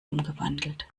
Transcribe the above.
umgewandelt